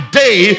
day